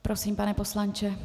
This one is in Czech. Prosím, pane poslanče.